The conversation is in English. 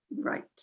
right